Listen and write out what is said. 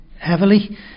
heavily